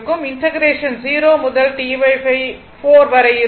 integration 0 முதல் T 4 வரை இருக்கும்